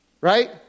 Right